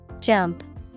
Jump